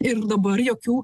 ir dabar jokių